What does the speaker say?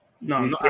No